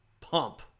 pump